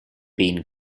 bean